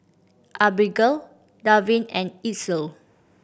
Abigale Davin and Itzel